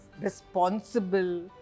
responsible